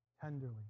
Tenderly